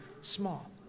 small